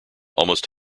almost